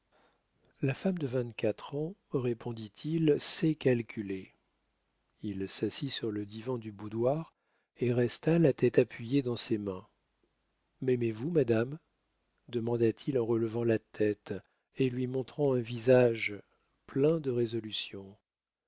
la femme de vingt-quatre ans répondit-il sait calculer il s'assit sur le divan du boudoir et resta la tête appuyée dans ses mains m'aimez-vous madame demanda-t-il en relevant la tête et lui montrant un visage plein de résolution